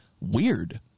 weird